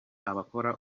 abakora